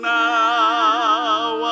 now